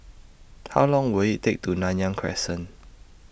How Long Will IT Take to Nanyang Crescent